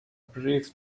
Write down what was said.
brief